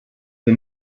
the